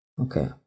Okay